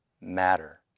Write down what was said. matter